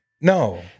No